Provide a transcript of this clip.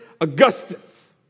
Augustus